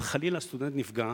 אם חלילה סטודנט נפגע